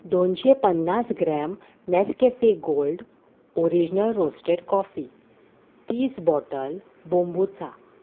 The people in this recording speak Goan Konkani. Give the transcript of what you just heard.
दोनशें पन्नास gram Nescafe gold original roasted coffee तीस बॉटल कोम्बूचा